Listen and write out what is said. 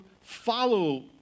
follow